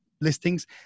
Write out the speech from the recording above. listings